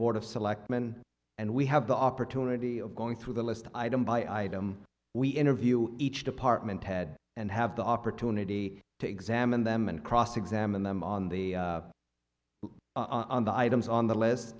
of selectmen and we have the opportunity of going through the list item by item we interview each department head and have the opportunity to examine them and cross examine them on the items on the list